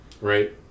Right